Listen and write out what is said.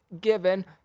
given